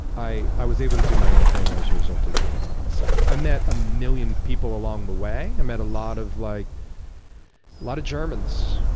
i i was able to do my own thing as a result of being by myself. i met a million people along the way. i met a lot of like lot of germans.